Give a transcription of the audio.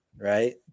Right